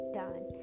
done